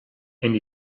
and